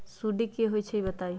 सुडी क होई छई बताई?